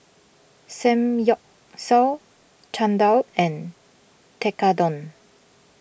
Samgyeopsal Chan Dal and Tekkadon